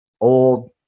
old